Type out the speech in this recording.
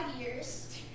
years